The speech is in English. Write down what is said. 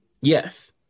Yes